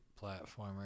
platformer